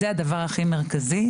זה הדבר הכי מרכזי,